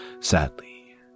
sadly